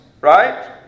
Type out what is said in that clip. right